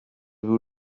vous